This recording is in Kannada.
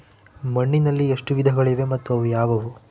ಮಣ್ಣಿನಲ್ಲಿ ಎಷ್ಟು ವಿಧಗಳಿವೆ ಮತ್ತು ಅವು ಯಾವುವು?